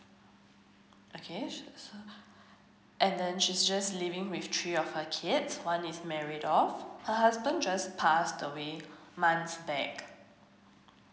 okay and then she's just living with three of my kids one is married of her husband just pass away months back